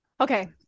Okay